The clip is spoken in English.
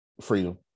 Freedom